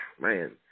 man